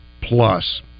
Plus